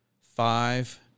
five